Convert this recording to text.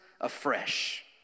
afresh